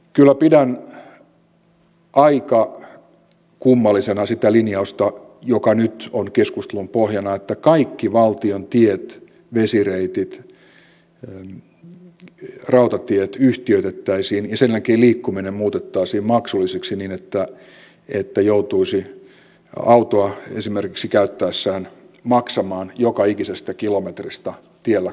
kyllä pidän aika kummallisena sitä linjausta joka nyt on keskustelun pohjana että kaikki valtion tiet vesireitit rautatiet yhtiöitettäisiin ja sen jälkeen liikkuminen muutettaisiin maksulliseksi niin että joutuisi esimerkiksi autoa käyttäessään maksamaan joka ikisestä kilometristä tiellä kulkiessaan